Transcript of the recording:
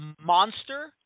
monster